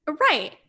Right